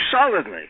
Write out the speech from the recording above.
solidly